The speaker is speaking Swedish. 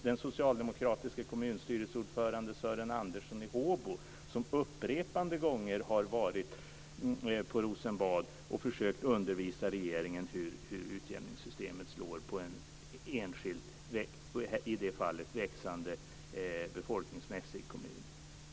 Den socialdemokratiska kommunstyrelseordföranden Sören Andersson i Håbo har upprepade gånger varit i Rosenbad och försökt undervisa regeringen i hur utjämningssystemet slår för en enskild i det fallet befolkningsmässigt växande kommun.